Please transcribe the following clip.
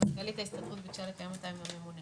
מזכ"לית ההסתדרות ביקשה לקיים אותה עם הממונה.